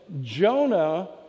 Jonah